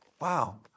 wow